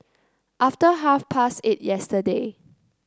after half past eight yesterday